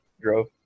drove